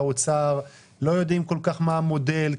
לא כל כך יודעים מה המודל,